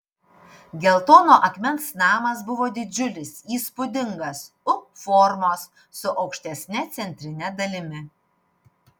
geltono akmens namas buvo didžiulis įspūdingas u formos su aukštesne centrine dalimi